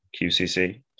QCC